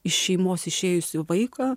iš šeimos išėjusį vaiką